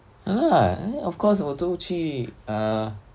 ah lah of course 我都去 err